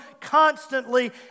constantly